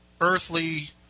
earthly